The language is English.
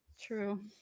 true